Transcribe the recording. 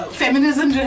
feminism